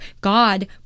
God